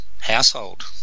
household